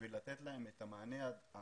ולתת להם את המענה הדרוש.